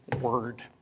word